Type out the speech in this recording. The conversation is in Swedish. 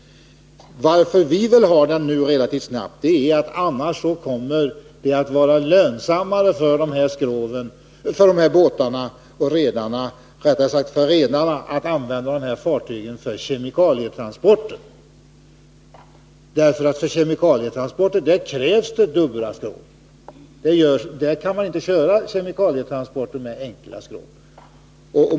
Anledningen till att vi vill ha avgiften relativt snabbt är att det annars kommer att vara lönsammare för redarna att använda dessa fartyg för kemikalietransporter. För kemikalietransporter krävs det dubbla skrov. Kemikalietransporter får inte köras med enkla skrov.